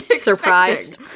Surprised